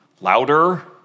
louder